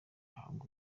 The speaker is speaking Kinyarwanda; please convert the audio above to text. bahabwe